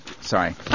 sorry